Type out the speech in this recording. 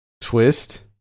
twist